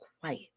quiet